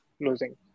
losing